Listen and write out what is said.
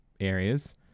areas